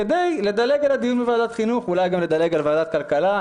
כדי לדלג על הדיון בוועדת חינוך ואולי גם לדלג על ועדת כלכלה,